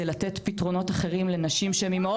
לתת פתרונות אחרים לנשים שהן אימהות